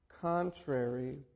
contrary